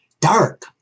Dark